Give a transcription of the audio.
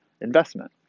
investment